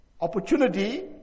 opportunity